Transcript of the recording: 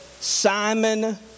Simon